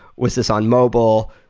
was this on mobile?